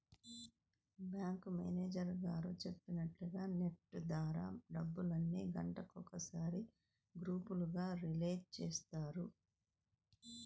bank manager గారు చెప్పినట్లుగా NEFT ద్వారా డబ్బుల్ని గంటకొకసారి గ్రూపులుగా రిలీజ్ చేస్తారు